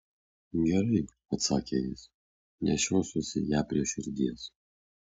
gerai atsakė jis nešiosiuosi ją prie širdies